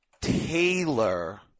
Taylor